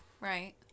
Right